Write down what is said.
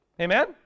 Amen